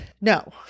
No